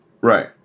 Right